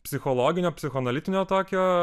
psichologinio psichoanalitinio tokio